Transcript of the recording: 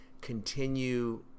continue